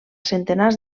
centenars